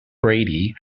brady